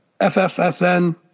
FFSN